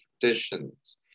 traditions